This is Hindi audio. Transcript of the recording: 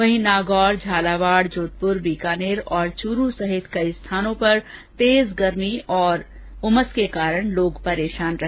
वहीं नागौर झालावाड जोधपुर बीकानेर और चूरू सहित कई स्थानों पर तेज उमस और गर्मी के कारण लोग परेशान रहे